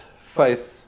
faith